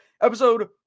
episode